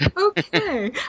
okay